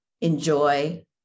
enjoy